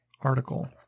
article